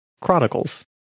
chronicles